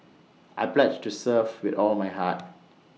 I pledge to serve with all my heart